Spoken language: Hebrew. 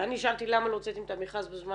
ואני שאלתי למה לא הוצאתם את המכרז בזמן